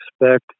expect